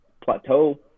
plateau